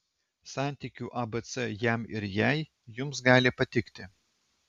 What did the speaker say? santykių abc jam ir jai jums gali patikti